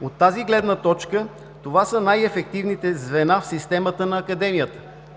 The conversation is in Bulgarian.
От тази гледна точка, това са най-ефективните звена в системата на Академията,